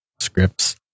scripts